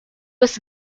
was